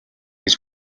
гэж